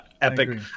epic